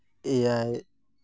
ᱮᱭᱟᱭ